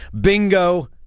bingo